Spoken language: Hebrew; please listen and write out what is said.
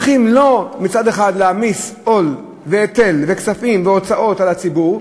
מצליחים לא להעמיס עול והיטל וכספים והוצאות על הציבור,